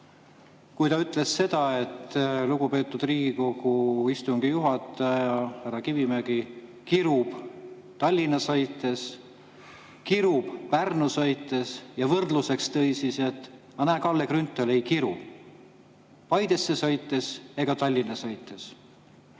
kui ta ütles seda, et lugupeetud Riigikogu istungi juhataja härra Kivimägi kirub Tallinna sõites, kirub Pärnu sõites, ja võrdluseks tõi selle, et Kalle Grünthal ei kiru Paidesse sõites ega Tallinna sõites.